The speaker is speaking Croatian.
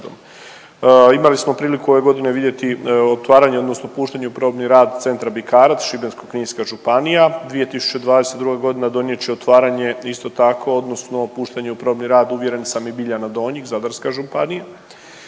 Imali smo priliku ove godine vidjeti otvaranje odnosno puštanje u probni rad Centra Bikarac Šibensko-kninska županija, 2022.g. donijet će otvaranje isto tako odnosno puštanje u probni rad uvjeren sam i Biljana donjih Zadarska županija,